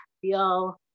feel